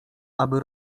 aby